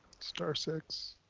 star six.